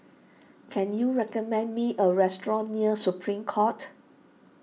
can you recommend me a restaurant near Supreme Court